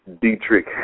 Dietrich